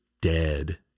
dead